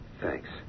Thanks